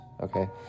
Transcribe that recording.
Okay